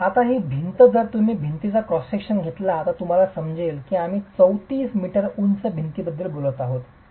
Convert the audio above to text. आता ही भिंत जर तुम्ही भिंतीचा क्रॉस सेक्शन घेतला तर तुम्हाला समजेल की आम्ही 34m उंच भिंतीबद्दल बोलत आहोत